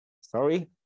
Sorry